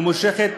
ממושכת,